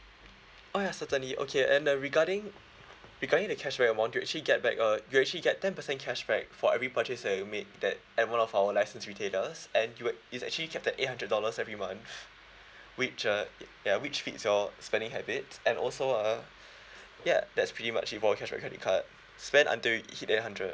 oh ya certainly okay and uh regarding regarding the cashback amount you'll actually get back uh you actually get ten percent cashback for every purchase that you make that every one of our licensed retailers and you it's actually capped at eight hundred dollars every month which uh ya which fits your spending habit and also uh ya that's pretty much it for cashback credit card spend until you hit eight hundred